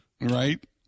Right